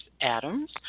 Adams